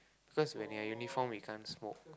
cause when you are uniform we can't smoke